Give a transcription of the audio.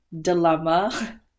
dilemma